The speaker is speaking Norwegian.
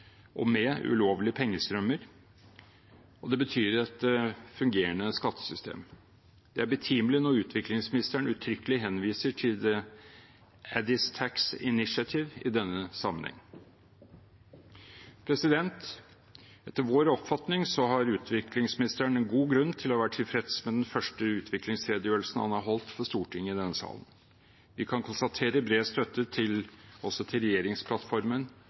og med ulovlige pengestrømmer, og det betyr et fungerende skattesystem. Det er betimelig når utviklingsministeren uttrykkelig henviser til Addis Tax Initiative i denne sammenheng. Etter vår oppfatning har utviklingsministeren god grunn til å være tilfreds med den første utviklingsredegjørelsen han har holdt for Stortinget i denne sal. Vi kan konstatere bred støtte også til regjeringsplattformen.